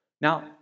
Now